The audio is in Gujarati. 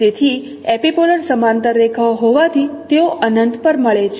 તેથી એપિપોલર સમાંતર રેખાઓ હોવાથી તેઓ અનંત પર મળે છે